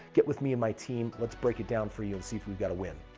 get with me and my team. let's break it down for you and see if we've got a win.